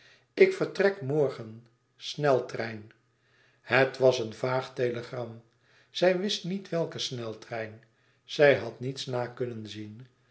ik vertrek morgen sneltrein het was een vaag telegram zij wist niet met welken sneltrein zij had niets na kunnen zien